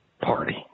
party